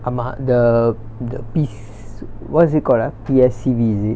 ஆமா:aamaa the the pis~ what's it called ah P_S_C_V is it